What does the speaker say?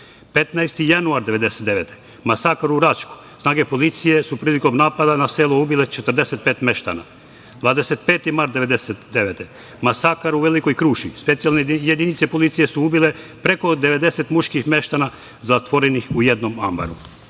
15. januar 1999. godine – masakr u Račku, snage policije su prilikom napada na selo ubile 45 meštana; 25. mart 1999. godine – masakr u Velikoj Kruši, specijalne jedinice policije su ubile preko 90 muških meštana zatvorenih u jednom ambaru,